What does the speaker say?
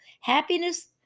Happiness